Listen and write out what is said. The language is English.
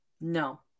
No